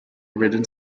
written